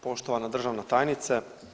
Poštovana državna tajnice.